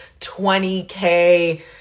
20K